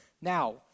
Now